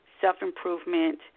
self-improvement